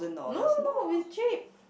no no no is cheap